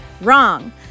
Wrong